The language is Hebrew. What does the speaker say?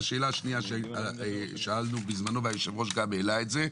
השאלה השנייה ששאלנו בזמנו ויושב הראש גם העלה את זה.